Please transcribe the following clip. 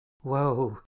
Whoa